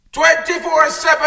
24-7